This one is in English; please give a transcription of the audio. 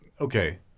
okay